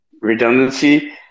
redundancy